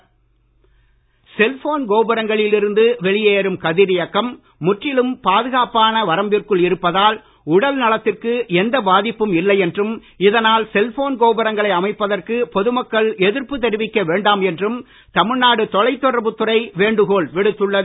கதிரியக்கம் cellphone கோபுரங்களில் இருந்து வெளியேறும் கதிரியக்கம் முற்றிலும் பாதுகாப்பான வரம்பிற்குள் இருப்பதால் உடல் நலத்திற்கு எந்த பாதிப்பும் இல்லை என்றும் இதனால் செல்போன் கோபுரங்களை அமைப்பதற்கு பொதுமக்கள் எதிர்ப்பு தெரிவிக்க வேண்டாம் என்றும் தமிழ்நாடு தொலைத் தொடர்புத் துறை வேண்டுகோள் விடுத்துள்ளது